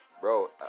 bro